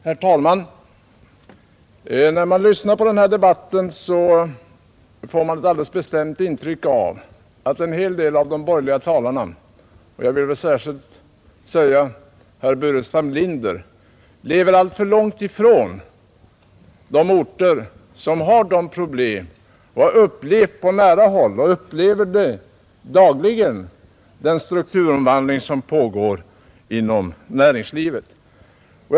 Herr talman! När man lyssnar på den här debatten får man ett alldeles bestämt intryck av att en hel del av de borgerliga talarna, och särskilt herr Burenstam Linder, lever alltför långt från de orter, som har dessa problem och där man på nära håll har upplevt och dagligen upplever den strukturomvandling som pågår inom näringslivet.